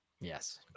Yes